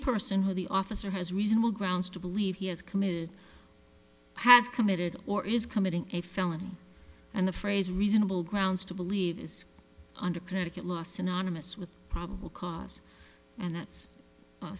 person who the officer has reasonable grounds to believe he has committed has committed or is committing a felony and the phrase reasonable grounds to believe is under connecticut law synonymous with probable cause and that's